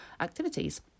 activities